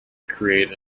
create